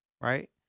right